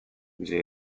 gdzie